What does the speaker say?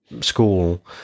school